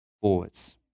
forwards